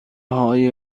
های